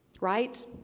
Right